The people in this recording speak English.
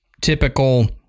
typical